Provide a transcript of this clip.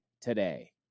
today